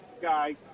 guy